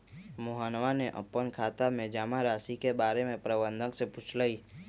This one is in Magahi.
मोहनवा ने अपन खाता के जमा राशि के बारें में प्रबंधक से पूछलय